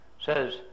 says